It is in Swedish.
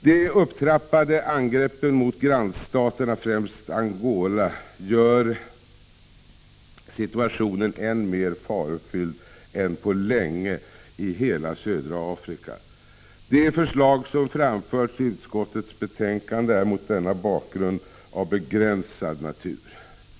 De upptrappade angreppen mot grannstaterna, främst Angola, gör situationen mer farofylld än på länge i hela södra Afrika. De förslag som framförs i utskottets betänkande är mot denna bakgrund av begränsad natur.